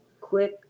quick